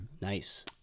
Nice